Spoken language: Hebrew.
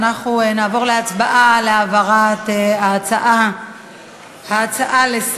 אנחנו נעבור להצבעה על העברת ההצעה לסדר-היום.